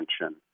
attention